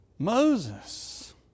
Moses